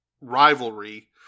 rivalry